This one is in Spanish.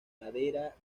madera